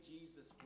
Jesus